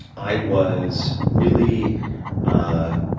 i was really i